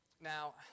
Now